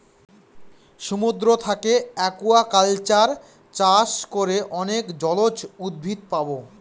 সমুদ্র থাকে একুয়াকালচার চাষ করে অনেক জলজ উদ্ভিদ পাবো